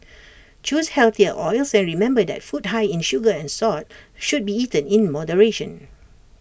choose healthier oils and remember that food high in sugar and salt should be eaten in moderation